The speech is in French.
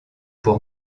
pour